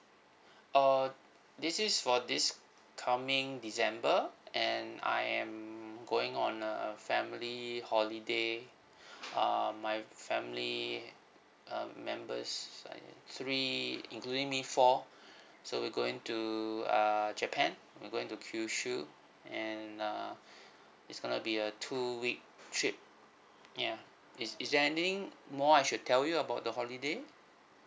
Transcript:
uh this is for this coming december and I am going on a family holiday uh my family um members and three including me four so we're going to err japan we're going to kyushu and err it's going to be a two week trip ya is is there anything more I should tell you about the holiday